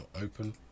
open